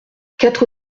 quatre